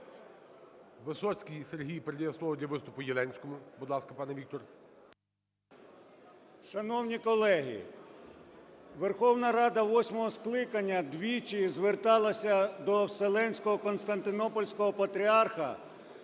Висоцький Сергій передає слово для виступу Єленському. Будь ласка, пане Віктор. 11:01:22 ЄЛЕНСЬКИЙ В.Є. Шановні колеги, Верховна Рада восьмого скликання двічі зверталася до Вселенського Константинопольського Патріарха